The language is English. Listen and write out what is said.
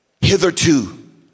Hitherto